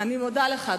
אני מודה לך,